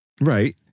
Right